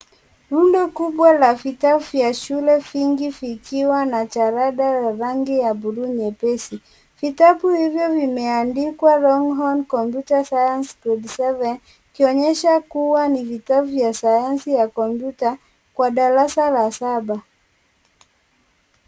Rundo kubwa la vitabu vya shule vingi vikiwa na jalada ya rangi ya buluu nyepesi. Vitabu hivyo vimeandikwa Longhorn Computer Science Grade 7 ; ikionyesha kuwa ni vitabu vya Sayansi ya kompyuta kwa darasa la saba.